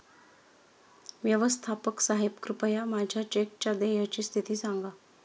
व्यवस्थापक साहेब कृपया माझ्या चेकच्या देयची स्थिती सांगा